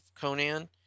Conan